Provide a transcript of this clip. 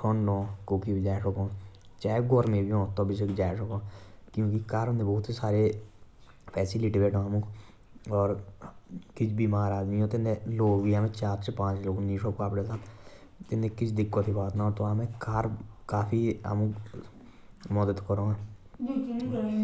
थान्द हा। या गरमे हा तबी जाय सकू। या बिमार आदमी हा।